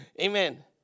Amen